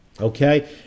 okay